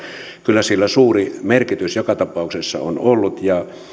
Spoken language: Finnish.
kyllä sillä suuri merkitys joka tapauksessa on ollut